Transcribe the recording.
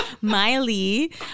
Miley